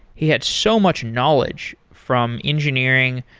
he had so much knowledge from engineering,